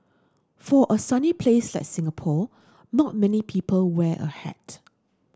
for a sunny place like Singapore not many people wear a hat